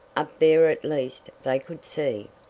up there at least they could see.